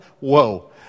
Whoa